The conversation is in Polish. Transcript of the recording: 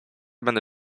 będę